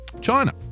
China